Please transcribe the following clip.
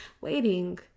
waiting